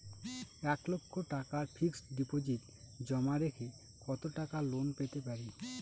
এক লক্ষ টাকার ফিক্সড ডিপোজিট জমা রেখে কত টাকা লোন পেতে পারি?